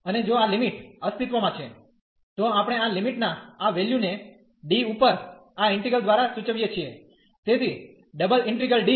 અને જો આ લિમિટ અસ્તિત્વમાં છે તો આપણે આ લિમિટ ના આ વેલ્યુ ને ડી ઉપર આ ઈન્ટિગ્રલ દ્વારા સૂચવીએ છીએ તેથી ડબલ ઇન્ટિગ્રલ D